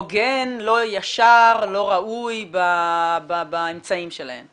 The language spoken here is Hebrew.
הוגן, לא ישר, לא ראוי באמצעים שלהן?